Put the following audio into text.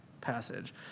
passage